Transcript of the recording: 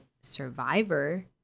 Survivor